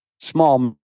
small